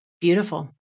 Beautiful